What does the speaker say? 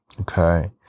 okay